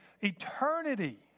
eternity